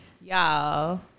Y'all